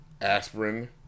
Aspirin